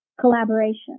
collaboration